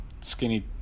skinny